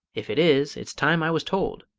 if it is, it's time i was told!